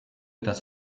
dass